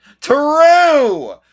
True